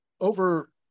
over